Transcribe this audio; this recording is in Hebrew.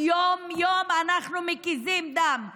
יום-יום אנחנו מקיזים דם.